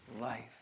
life